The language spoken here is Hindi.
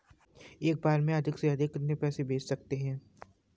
एक बार में अधिक से अधिक कितने पैसे भेज सकते हैं?